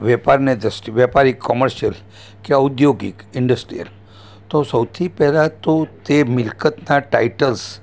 વેપારને જસ્ટ વેપારી કોમર્સિયલ કે ઔદ્યોગિક ઇન્ડસ્ટ્રિયલ તો સૌથી પહેલાં તો તે મિલકતનાં ટાઈટલ્સ